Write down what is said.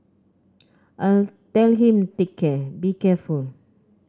I tell him take care be careful work